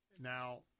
Now